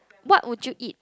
what would you eat